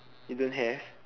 you don't have